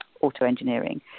auto-engineering